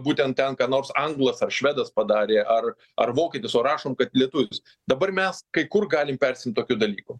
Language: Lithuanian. būtent ten ką nors anglas ar švedas padarė ar ar vokietis o rašom kad lietuvis dabar mes kai kur galim persiimt tokių dalykų